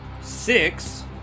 six